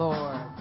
Lord